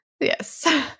Yes